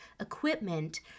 equipment